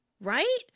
right